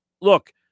look